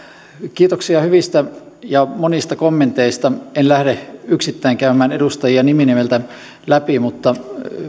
kiitoksia hyvistä ja monista kommenteista en lähde yksittäin käymään edustajia nimi nimeltä läpi mutta